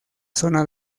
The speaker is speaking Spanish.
zona